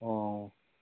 ꯑꯣ